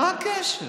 מה הקשר?